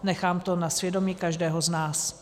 Nechám to na svědomí každého z nás.